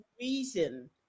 reason